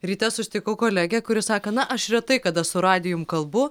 ryte susitikau kolegę kuri sako na aš retai kada su radijum kalbu